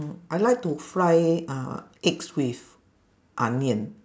I like to fry uh eggs with onion